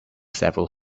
several